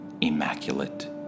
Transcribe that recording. immaculate